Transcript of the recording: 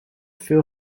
veel